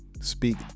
Speak